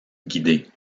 guidées